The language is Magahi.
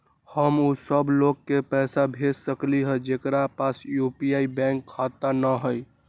हम उ सब लोग के पैसा भेज सकली ह जेकरा पास यू.पी.आई बैंक खाता न हई?